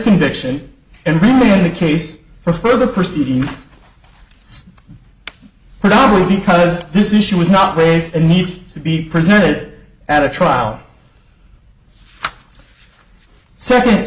conviction and remain in the case for the proceedings it's probably because this issue was not raised and needs to be presented at a trial second